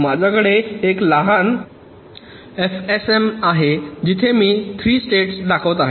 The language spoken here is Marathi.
माझ्याकडे एक लहान एफएसएम आहे जिथे मी 3 स्टेट्स दाखवित आहे